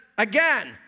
again